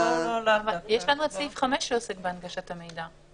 יש לנו סעיף 5 שעוסק בהנגשת המידע.